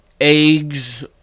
eggs